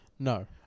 No